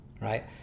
right